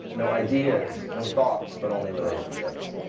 no ideas, no thoughts, but only relationships.